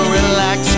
relax